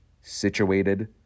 situated